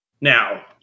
now